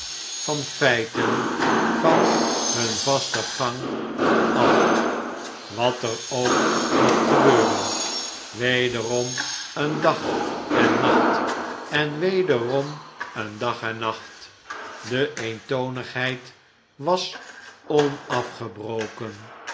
van feiten van hun vasten gang af wat er ook mocht gebeuren wederom een dag en nacht en wederom een dag en nacht de eentonigheid was onafgebroken